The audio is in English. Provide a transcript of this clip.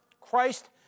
Christ